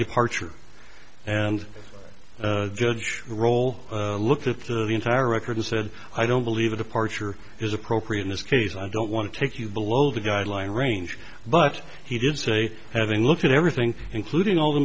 departure and judge roll look at the entire record and said i don't believe a departure is appropriate in this case i don't want to take you below the guideline range but he did say having looked at everything including all the